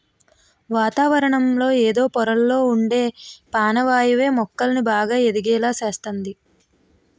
వాతావరణంలో ఎదో పొరల్లొ ఉండే పానవాయువే మొక్కలు బాగా ఎదిగేలా సేస్తంది